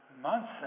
months